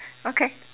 okay